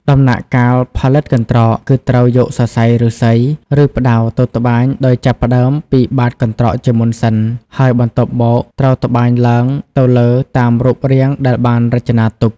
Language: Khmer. ដំណាក់កាលផលិតកន្ត្រក គឺត្រូវយកសរសៃឫស្សី ឬផ្តៅទៅត្បាញដោយចាប់ផ្តើមពីបាតកន្ត្រកជាមុនសិន ហើយបន្ទាប់មក ត្រូវត្បាញឡើងទៅលើតាមរូបរាងដែលបានរចនាទុក។